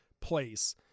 place